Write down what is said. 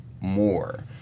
more